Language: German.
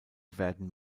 werden